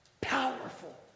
powerful